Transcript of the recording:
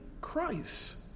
Christ